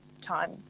time